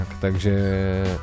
takže